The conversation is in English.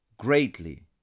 greatly